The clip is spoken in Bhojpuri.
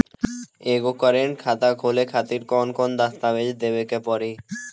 एगो करेंट खाता खोले खातिर कौन कौन दस्तावेज़ देवे के पड़ी?